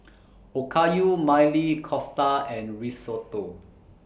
Okayu Maili Kofta and Risotto